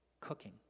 cooking